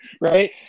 Right